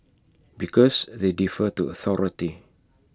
because they defer to authority